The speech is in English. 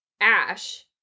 Ash